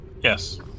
Yes